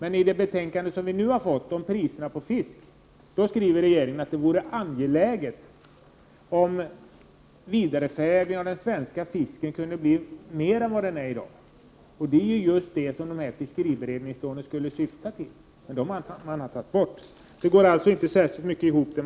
I det betänkande som vi nu har fått om priserna på fisk, skriver regeringen att det vore angeläget att vidareförädling av den svenska fisken kunde bli mer långtgående än den är i dag. Det är just detta som dessa fiskberedningslån skulle syfta till. Men dem har man tagit bort. Det som sägs går alltså inte ihop.